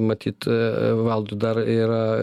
matyt valdui dar yra